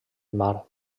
mar